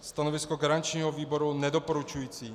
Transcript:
Stanovisko garančního výboru je nedoporučující.